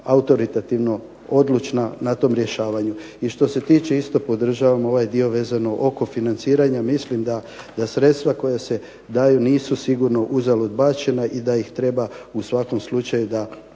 autoritativno odlučna na tom rješavanju. I što se tiče isto podržavam ovaj dio vezano oko financiranja. Mislim da sredstva koja se daju nisu sigurno uzalud bačena i da ih treba u svakom slučaju da